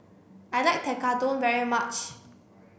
I like Tekkadon very much